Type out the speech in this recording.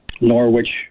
Norwich